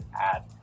add